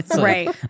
right